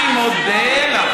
אני מודה לך.